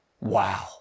Wow